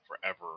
forever